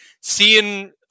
seeing